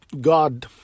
God